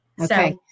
Okay